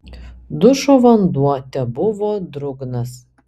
dušo vanduo tebuvo drungnas